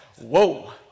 Whoa